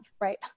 right